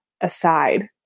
aside